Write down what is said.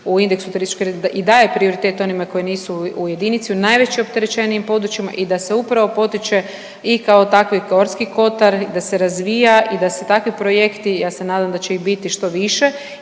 u indeksu i daje prioritet onima koji nisu u jedinici u najopterećenijim područjima i da se upravo potiče i kao takve i Gorski kotar i da se razvija i da se takvi projekti, ja se nadam da će ih biti što više